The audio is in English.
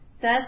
thus